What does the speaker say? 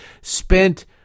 spent